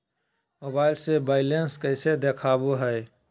Mobile से balance कैसे देखाबो है?